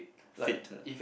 fated